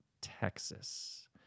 Texas